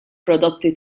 prodotti